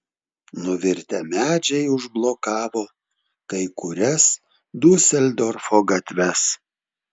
nuvirtę medžiai užblokavo kai kurias diuseldorfo gatves